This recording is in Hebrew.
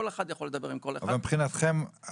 כל אחד יכול לדבר עם כל אחד --- אבל מבחינתכם הצינורות,